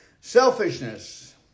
Selfishness